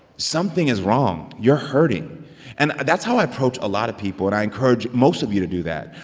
something is wrong. you're hurting and that's how i approach a lot of people, and i encourage most of you to do that.